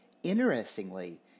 Interestingly